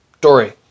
Dory